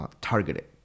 targeted